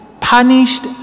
punished